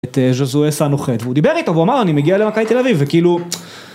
את ז'זוהס הנוחת והוא דיבר איתו והוא אמר אני מגיע למכבי תל אביב וכאילו.